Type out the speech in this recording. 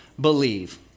believe